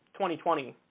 2020